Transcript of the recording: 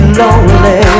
lonely